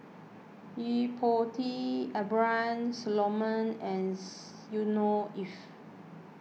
Yo Po Tee Abraham Solomon ands Yusnor Ef